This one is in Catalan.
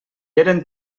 eren